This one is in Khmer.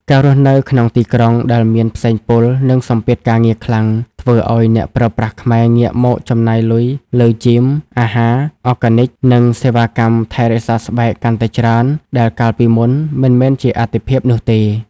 ការរស់នៅក្នុងទីក្រុងដែលមានផ្សែងពុល និងសម្ពាធការងារខ្លាំង ធ្វើឱ្យអ្នកប្រើប្រាស់ខ្មែរងាកមកចំណាយលុយលើ Gym, អាហារ Organic និងសេវាកម្មថែរក្សាស្បែកកាន់តែច្រើន ដែលកាលពីមុន មិនមែនជាអាទិភាពនោះទេ។